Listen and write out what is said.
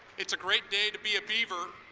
it's a great day to be a beaver.